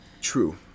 True